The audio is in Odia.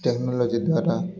ଟେକ୍ନୋଲୋଜି ଦ୍ୱାରା